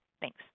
Thanks